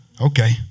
Okay